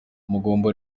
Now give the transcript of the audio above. mugomba